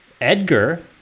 Edgar